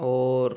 और